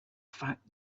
fact